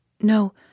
No